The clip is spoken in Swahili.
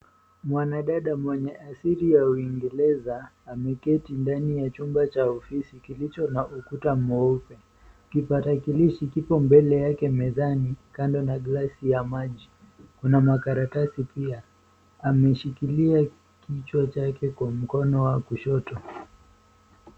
Mwanadada mwenye asili ya uingereza ameketi ndani ya chumba cha ofisi kilicho na ukuta mweupe. Kipakatalishi kipo mbele yake mezani kando na glesi ya maji. Kuna makaratasi pia. Ameshikilia kichwa chake kwa mkono wa kushoto.